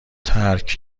ترک